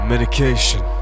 Medication